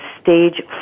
stage